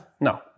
No